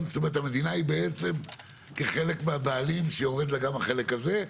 זאת אומרת המדינה היא בעצם היא חלק מהבעלים שיורד לה גם החלק הזה.